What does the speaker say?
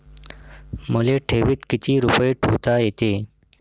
मले ठेवीत किती रुपये ठुता येते?